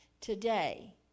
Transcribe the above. Today